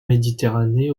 méditerranée